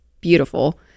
beautiful